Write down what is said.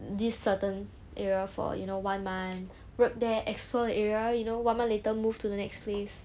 this certain area for you know one month work there explore the area you know one month later move to the next place